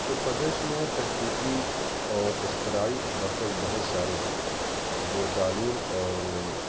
اتر پردیش میں تحقیقی اور اختراعی مرکز بہت سارے ہیں جو تعلیم اور